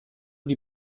die